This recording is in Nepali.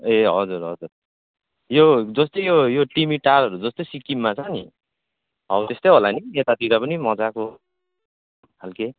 ए हजुर हजुर यो जस्तै यो यो तिमी टारहरू जस्तै सिक्किममा छ नि हौ त्यस्तै होला नि यतातिर पनि मजाको खालके